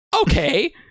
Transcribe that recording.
okay